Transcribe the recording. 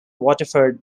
waterford